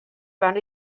van